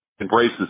embraces